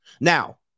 Now